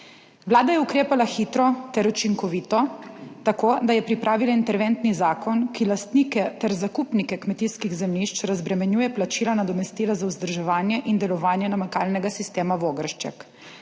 Vlada je ukrepala hitro ter učinkovito, tako da je pripravila interventni zakon, ki lastnike ter zakupnike kmetijskih zemljišč razbremenjuje plačila nadomestila za vzdrževanje in delovanje namakalnega sistema Vogršček.